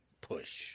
push